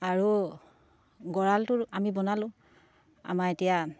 আৰু গঁৰালটো আমি বনালোঁ আমাৰ এতিয়া